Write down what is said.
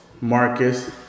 Marcus